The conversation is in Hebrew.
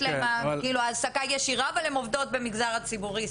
להן העסקה ישירה אבל הן עובדות במגזר הציבורי.